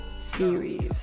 series